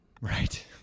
Right